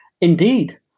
indeed